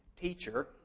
teacher